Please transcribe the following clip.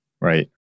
Right